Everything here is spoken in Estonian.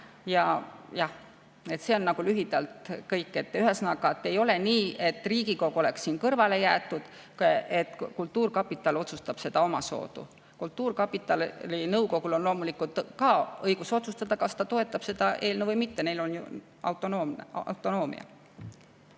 Jah, see on lühidalt kõik. Ühesõnaga, ei ole nii, et Riigikogu on siin kõrvale jäetud ja kultuurkapital otsustab omasoodu. Kultuurkapitali nõukogul on loomulikult ka õigus otsustada, kas ta toetab seda eelnõu või mitte, neil on ju autonoomia.